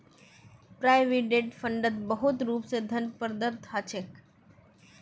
provident फंडत मुख्य रूप स धन प्रदत्त ह छेक